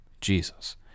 Jesus